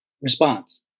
response